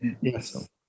Yes